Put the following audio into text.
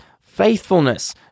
faithfulness